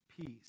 peace